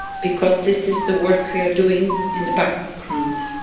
because this is the work we are doing in the background.